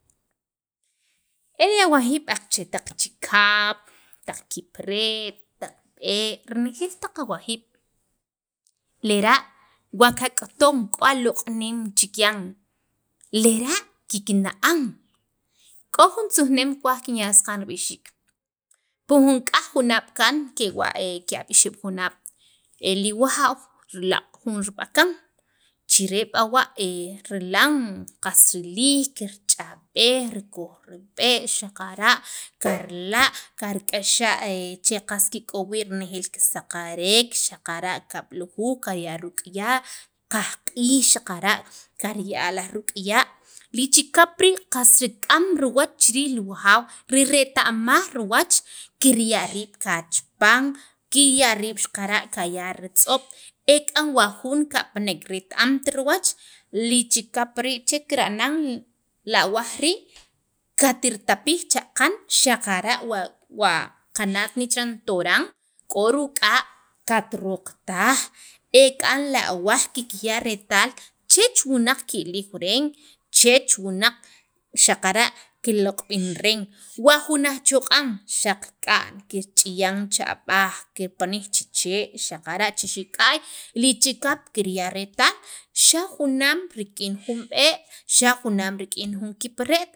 eli awajiib' aqachee' taq chikap, taq kipre't, taq b'ee' renejeel taq awajiib' lera' wa kak'uton k'o aloq'neem chikyan lera' kikna'an, k'o jun tzujneem kuwaj kinya' saqa'n rib'ixiik, pu jun nik'yaj junaab' kaan li wujaaw xirlaq' jun rib'akan chire' b'awa' rilan qas rilek rich'ab'ej rikoj rib'e' xaqara' kar kark'axa' che'el qas kik'ob' wii' renejeel kisaqarek xaqara' kab'lujuj kirya'a laj rik'uya', qajq'iij xaqara' kariya' laj rik'uya' li chikap rii' qas xaq rik'am riwach chiriij li wajaaw rireta'maj riwach, kirya' riib' kachapan, kirya' riib' karya' ritz'ob' e k'an wa jun kapanek ret- amt riwach li chikap rii' che kira'nan lawaaj rii' katirtapij che aqan xaqara' wa qana't ne chiran toran k'o ruk'a' katriroqtaj ek'an la awaj kikya' retaal chech wunaq ke'iliw re'en chech wunaq xaqara' kiloq'b'in re'en wa jun ajchoq'a'n xaq k'a'n, kirch'ayan che ab'aj kirpanij che chee' xaqara' che xik'a'y li chikap kirya' retaal xa junaam rik'in jun b'ee' xaq junaam rik'in jun kipre't.